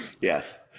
Yes